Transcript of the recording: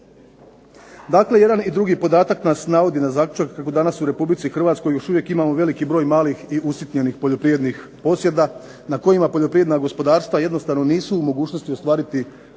Dakle jedan i drugi podatak nas navodi na zaključak kako danas u Republici Hrvatskoj još uvijek imamo veliki broj malih i usitnjenih poljoprivrednih posjeda, na kojima poljoprivredna gospodarstva jednostavno nisu u mogućnosti ostvariti dohodak